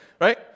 Right